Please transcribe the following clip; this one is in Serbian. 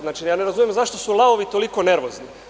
Znači, ne razumem zašto su lavovi toliko nervozni.